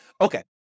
Okay